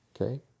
okay